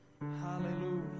Hallelujah